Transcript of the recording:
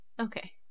okay